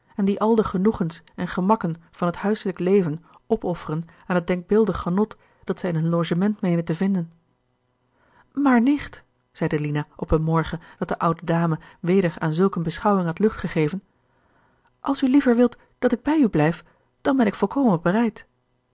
en die al de genoegens en gemakken van het huiselijk leven opofferen aan het denkbeeldig genot dat zij in een logement meenen te vinden maar nicht zeide lina op een morgen dat de oude dame weder aan zulk eene beschouwing had lucht gegeven als u liever wilt dat ik bij u blijf dan ben ik volkomen bereid